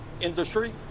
industry